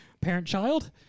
Parent-child